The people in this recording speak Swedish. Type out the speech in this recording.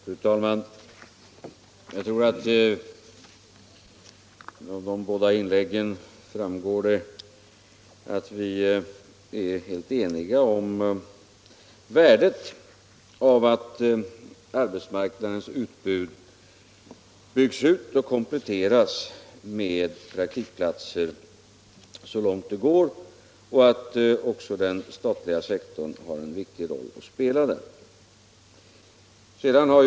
Fru talman! Jag tror att det av de båda inläggen framgår att vi är helt eniga om värdet av att arbetsmarknaden byggs ut och kompletteras med praktikplatser så långt det går och att också den statliga sektorn har en viktig roll att spela i detta sammanhang.